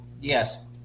yes